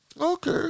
Okay